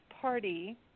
party